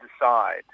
decide